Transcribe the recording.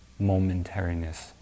momentariness